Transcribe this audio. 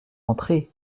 entrée